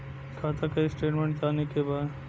खाता के स्टेटमेंट जाने के बा?